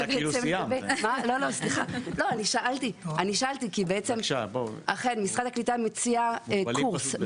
אני שאלתי כי בעצם אכן משרד הקליטה מציע קורס.